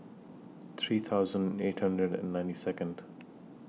three thousand eight hundred and ninety Second